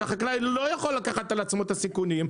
שלא יכול לקחת על עצמו את הסיכונים,